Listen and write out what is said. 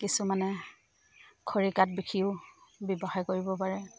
কিছুমানে খৰি কাঠ বিকিও ব্যৱসায় কৰিব পাৰে